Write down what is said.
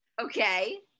Okay